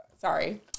Sorry